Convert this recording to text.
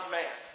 man